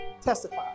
testify